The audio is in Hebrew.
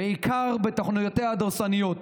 בעיקר בתוכניותיה הדורסניות